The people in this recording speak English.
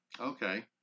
Okay